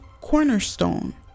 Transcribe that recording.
cornerstone